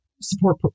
support